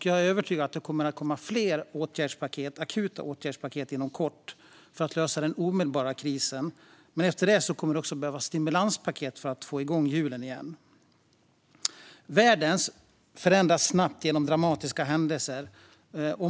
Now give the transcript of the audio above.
Jag är övertygad om att fler akuta åtgärdspaket kommer att komma inom kort för att lösa den omedelbara krisen, men efter det kommer det också att behövas stimulanspaket för att få igång hjulen igen. Världen förändras snabbt och genom dramatiska händelser.